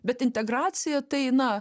bet integracija tai na